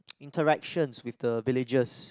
interactions with the villagers